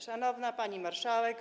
Szanowna Pani Marszałek!